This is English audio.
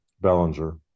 Bellinger